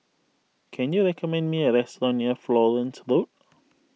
can you recommend me a restaurant near Florence Road